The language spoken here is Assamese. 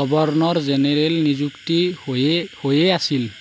গৱৰ্নৰ জেনেৰেল নিযুক্ত হৈয়ে হৈয়ে আছিল